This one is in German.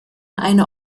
eine